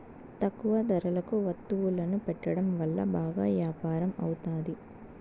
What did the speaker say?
తక్కువ ధరలకు వత్తువులను పెట్టడం వల్ల బాగా యాపారం అవుతాది